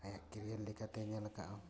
ᱟᱭᱟᱜ ᱠᱤᱨᱭᱟᱨ ᱞᱮᱠᱟᱛᱮᱭ ᱧᱮᱞ ᱟᱠᱟᱜᱼᱟ